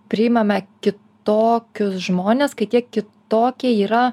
priimame kitokius žmones kai tie kitokie yra